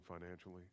financially